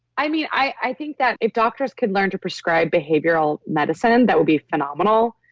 i mean i think that if doctors could learn to prescribe behavioral medicine, that will be phenomenal.